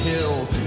Hills